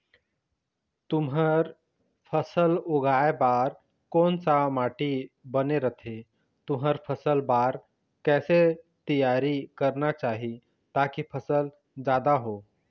तुंहर फसल उगाए बार कोन सा माटी बने रथे तुंहर फसल बार कैसे तियारी करना चाही ताकि फसल जादा हो?